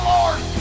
Lord